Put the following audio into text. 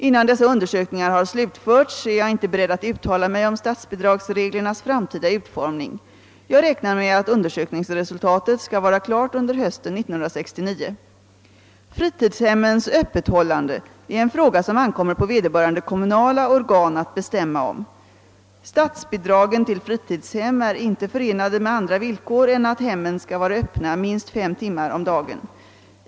Innan dessa undersökningar har slutförts är jag inte beredd att uttala mig om statsbidrags reglernas framtida utformning. Jag räknar med att undersökningsresultatet skall vara klart under hösten 1969. Fritidshemmens öppethållande är en fråga som det ankommer på vederbörande kommunala organ att bestämma om. Statsbidragen till fritidshem är inte förenade med andra villkor än att hemmen skall vara öppna minst fem timmar om dagen.